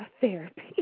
therapy